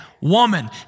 woman